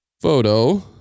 photo